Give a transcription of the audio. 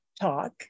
talk